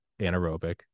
anaerobic